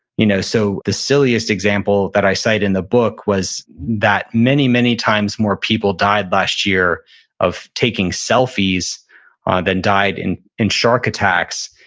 you know so the silliest example that i cite in the book was that many, many times more people died last year of taking selfies than died in in shark attacks,